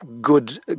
good